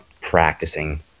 practicing